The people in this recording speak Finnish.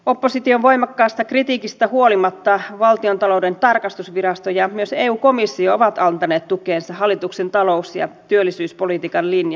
opposition voimakkaasta kritiikistä huolimatta valtiontalouden tarkastusvirasto ja myös eu komissio ovat antaneet tukensa hallituksen talous ja työllisyyspolitiikan linjalle